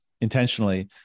intentionally